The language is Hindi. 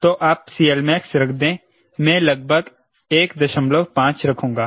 तो आप CLmax रख दें मैं लगभग 15 रखूंगा